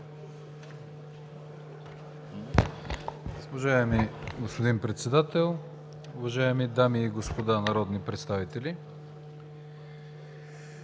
господин Председател, уважаеми дами и господа народни представители!